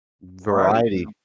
Variety